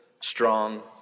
strong